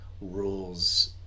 rules